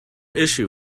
issue